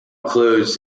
includes